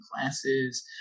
classes